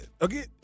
again